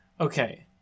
Okay